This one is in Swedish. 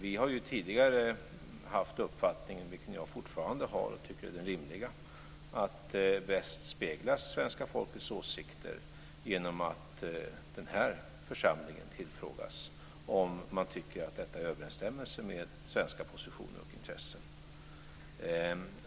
Vi har tidigare haft uppfattningen - och den har jag fortfarande och tycker är den rimliga - att bäst speglas svenska folkets åsikter genom att den här församlingen tillfrågas om man tycker att detta är i överensstämmelse med svenska positioner och intressen.